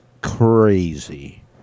crazy